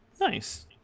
Nice